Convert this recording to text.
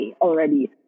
already